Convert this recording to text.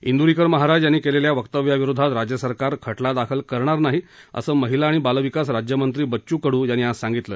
इंदुरीकर महाराज यांनी केलेल्या वक्तव्याविरोधात राज्य सरकार खटला दाखल करणार नाही असं महिला आणि बालविकास राज्यमंत्री बच्चू कडू यांनी आज सांगितलं